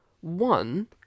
one